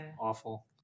awful